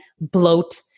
bloat